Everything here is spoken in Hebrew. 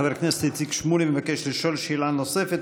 חבר הכנסת איציק שמולי מבקש לשאול שאלה נוספת,